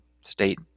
state